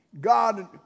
God